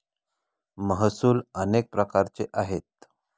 महसूल अनेक प्रकारचे आहेत